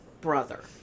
brother